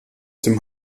dem